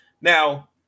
Now